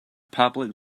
public